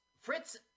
Fritz